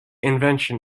invention